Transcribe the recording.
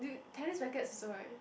tennis rackets also right